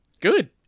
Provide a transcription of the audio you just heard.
good